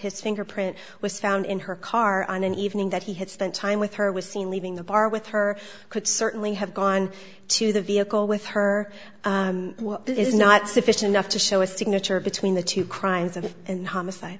his fingerprint was found in her car on an evening that he had spent time with her was seen leaving the bar with her could certainly have gone to the vehicle with her is not sufficient enough to show a signature between the two crimes of it and homicide